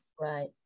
right